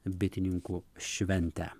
bitininkų šventę